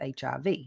HIV